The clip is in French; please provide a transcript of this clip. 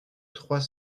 trois